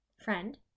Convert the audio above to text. friend